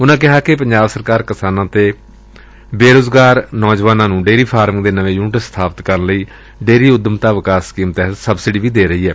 ਉਨੁਾਂ ਕਿਹਾ ਕਿ ਪੰਜਾਬ ਸਰਕਾਰ ਕਿਸਾਨਾਂ ਤੇ ਬੇਰੋਜ਼ਗਾਰ ਕਿਸਾਨਾਂ ਨੂੰ ਡੇਅਰੀ ਫਾਰਮਿੰਗ ਦੇ ਨਵੇਂ ਯੂਨਿਟ ਸਬਾਪਿਤ ਕਰਨ ਲਈ ਡੇਅਰੀ ਉਦੱਮਤਾ ਵਿਕਾਸ ਸਕੀਮ ਅਧੀਨ ਸਬਸਿਡੀ ਦੇ ਰਹੀ ਏ